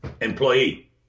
employee